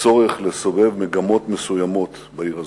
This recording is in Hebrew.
בצורך לסובב מגמות מסוימות בעיר הזאת,